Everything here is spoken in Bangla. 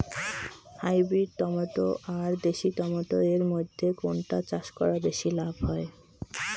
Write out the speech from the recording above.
হাইব্রিড টমেটো আর দেশি টমেটো এর মইধ্যে কোনটা চাষ করা বেশি লাভ হয়?